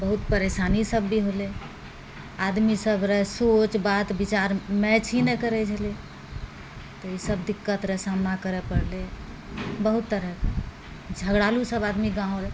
बहुत परेशानीसभ भी होलै आदमीसभ रे सोच बात विचार मैच ही नहि करय छलै तऽ इसभ दिक्कत रहय सामना करय पड़लै बहुत तरह झगड़ालूसभ आदमी गाम र